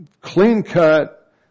clean-cut